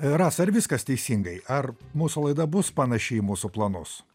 rasa ar viskas teisingai ar mūsų laida bus panaši į mūsų planus